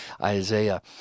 Isaiah